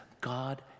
God